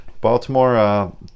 baltimore